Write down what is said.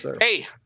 Hey